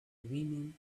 women